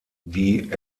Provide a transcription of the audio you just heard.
die